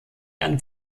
ein